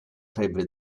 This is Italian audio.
febbre